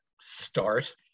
start